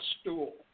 stool